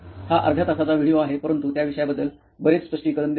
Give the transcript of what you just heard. हा अर्धा तासाचा व्हिडीओ आहे परंतु त्या विषयाबद्दल बरेच स्पष्टीकरण देतो